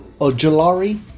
Ojolari